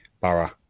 Borough